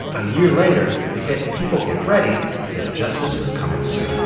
a year later, the hit people get ready said justice was coming soon